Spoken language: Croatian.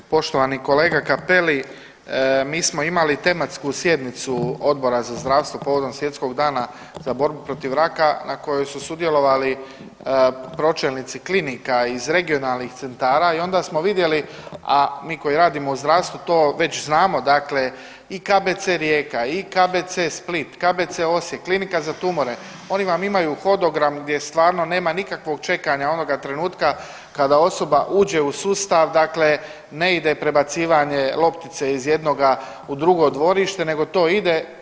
Poštovani kolega Cappelli, mi smo imali tematsku sjednicu Odbora za zdravstvo povodom svjetskog dana za borbu protiv raka na kojoj su sudjelovali pročelnici klinika iz regionalnih centara i onda smo vidjeli, a mi koji radimo u zdravstvu to već znamo dakle i KBC Rijeka i KBC Split, KBC Osijek, Klinika za tumore oni vam imaju hodogram gdje stvarno nema nikakvog čekanja onoga trenutka kada osoba uđe u sustav, dakle ne ide prebacivanje loptice iz jednoga u drugo dvorište nego to ide.